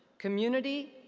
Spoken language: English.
community,